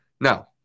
Now